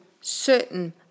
certain